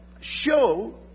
show